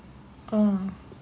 do you understand